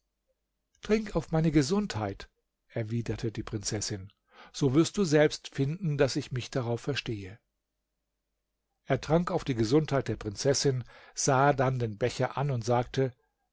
trink auf meine gesundheit erwiderte die prinzessin so wirst du selbst finden daß ich mich darauf verstehe er trank auf die gesundheit der prinzessin sah dann den becher an und sagte